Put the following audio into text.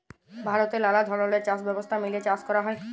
ভারতে লালা ধরলের চাষ ব্যবস্থা মেলে চাষ ক্যরা হ্যয়